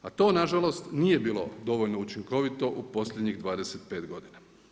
A to nažalost, nije bilo dovoljno učinkovito u posljednjih 25 godina.